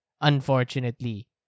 unfortunately